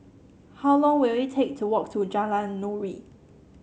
how long will it take to walk to Jalan Nuri